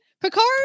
Picard